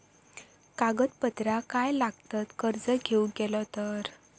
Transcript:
कागदपत्रा काय लागतत कर्ज घेऊक गेलो तर?